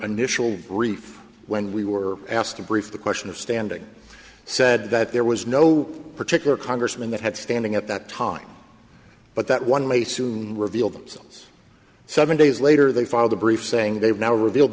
of brief when we were asked to brief the question of standing said that there was no particular congressman that had standing at that time but that one may soon reveal themselves seven days later they filed a brief saying they've now revealed